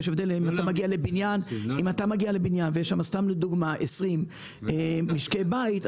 יש הבדל אם אתה מגיע לבניין ויש שם 20 משקי בית,